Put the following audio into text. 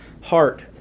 heart